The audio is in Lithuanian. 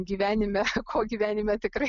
gyvenime ko gyvenime tikrai